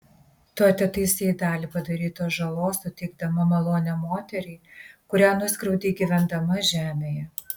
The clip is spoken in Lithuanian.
tu atitaisei dalį padarytos žalos suteikdama malonę moteriai kurią nuskriaudei gyvendama žemėje